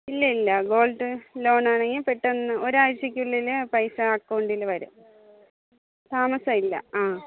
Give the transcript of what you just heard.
ഇല്ല ഇല്ല ഗോൾഡ് ലോണാണെങ്കിൽ പെട്ടെന്നു ഒരാഴ്ചക്കുള്ളിൽ പൈസ അക്കൗണ്ടിൽ വരും താമസമില്ല ആ